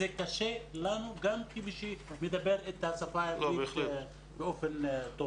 זה קשה לנו גם כמי שמדבר את השפה העברית באופן טוב.